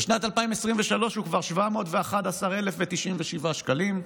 בשנת 2023 הוא כבר 711,097 שקלים.